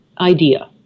idea